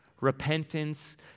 Repentance